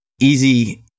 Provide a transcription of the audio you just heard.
easy